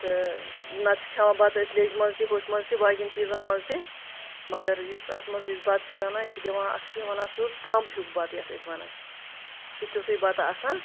تہٕ نَتہٕ چھِ کھٮ۪وان بَتہٕ أسۍ لیٚجہِ منٛز تہِ ہُتھ منٛز تہِ باقیَن چیٖزَن منٛز تہِ مگر یُس اَتھ منٛز أسۍ بَتہٕ چھِ رَنان یہِ چھِ دِوان اَکھ چھِ ونان سُہ پھَمبہٕ ہیوٗ بَتہٕ یَتھ أسۍ وَنان چھِ یہِ چھِ تیُٚتھُے بَتہٕ آسان